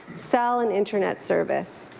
solid internet service.